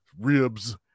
ribs